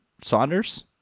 Saunders